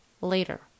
later